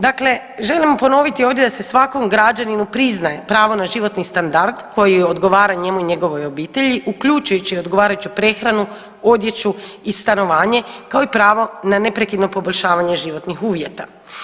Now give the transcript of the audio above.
Dakle, želim ponoviti ovdje da se svakom građaninu priznaje pravo na životni standard koji odgovara njemu i njegovoj obitelji uključujući odgovarajuću prehranu, odjeću i stanovanje kao i pravo na neprekidno poboljšavanje životnih uvjeta.